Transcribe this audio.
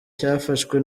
cyafashwe